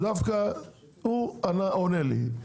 דווקא הוא עונה לי.